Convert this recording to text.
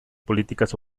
políticas